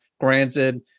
granted